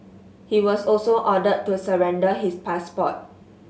he was also ordered to surrender his passport